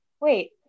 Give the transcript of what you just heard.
Wait